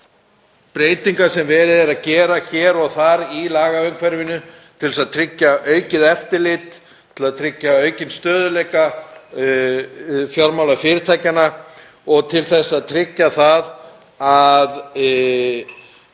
breytingar sem verið er að gera hér og þar í lagaumhverfinu til að tryggja aukið eftirlit, til að tryggja aukinn stöðugleika fjármálafyrirtækjanna og til að tryggja aukið